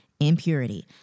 Impurity